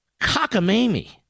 cockamamie